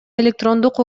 электрондук